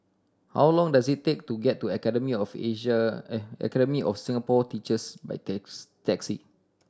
how long does it take to get to Academy of Academy of Singapore Teachers by taxi